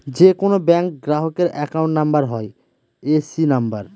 যে কোনো ব্যাঙ্ক গ্রাহকের অ্যাকাউন্ট নাম্বার হয় এ.সি নাম্বার